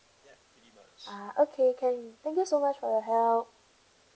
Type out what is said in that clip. ah okay can thank you so much for your help